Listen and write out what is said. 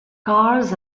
cars